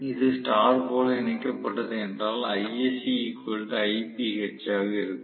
இது ஸ்டார் போல இணைக்கப்பட்டது என்றால் ஆக இருக்கும்